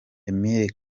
emile